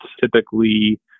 Typically